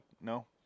No